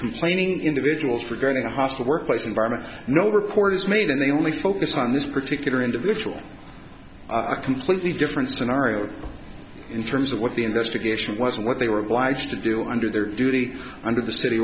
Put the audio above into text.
complaining individual for going to a hostile workplace environment no report is made and they only focus on this particular individual a completely different scenario in terms of what the investigation was and what they were obliged to do under their duty under the city